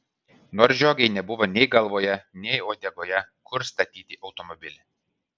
nors žiogei nebuvo nei galvoje nei uodegoje kur statyti automobilį